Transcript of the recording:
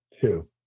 two